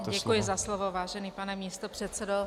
Děkuji za slovo, vážený pane místopředsedo.